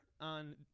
on